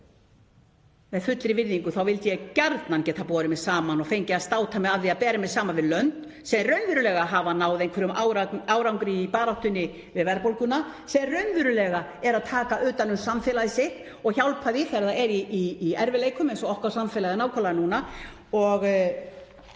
Með fullri virðingu vildi ég gjarnan geta borið mig saman og fengið að státa mig af samanburði við lönd sem raunverulega hafa náð einhverjum árangri í baráttunni við verðbólguna, sem raunverulega eru að taka utan um samfélagið sitt og hjálpa því þegar það er í erfiðleikum eins og okkar samfélag er í núna.